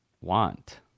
want